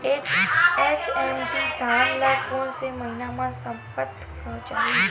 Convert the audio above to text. HMT धान ल कोन से महिना म सप्ता चाही?